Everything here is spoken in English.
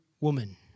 woman